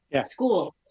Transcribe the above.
Schools